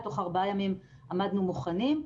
תוך ארבעה ימים עמדנו מוכנים,